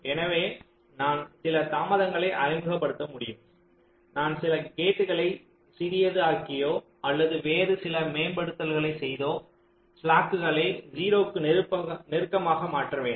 எனவே நான் சில தாமதங்களை அறிமுகப்படுத்த முடியும் நான் சில கேட்களை சிறியது செய்தோ அல்லது வேறு சில மேம்படுத்தல்களைச் செய்தோ ஸ்லாக்குகளை 0 க்கு நெருக்கமாக மாற்ற வேண்டும்